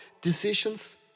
decisions